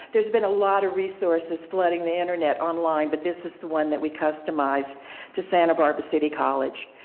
there has been a lot of resources flooding the internet online but this is the one that we customize to santa barbara city college.